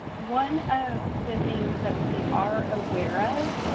one of the things that we are aware of,